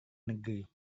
negeri